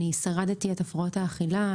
אני שרדתי את הפרעות האכילה.